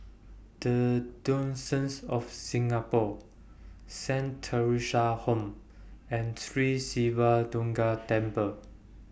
The Diocese of Singapore Saint Theresa's Home and Sri Siva Durga Temple